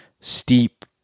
steep